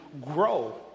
grow